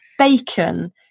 Bacon